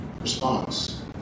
response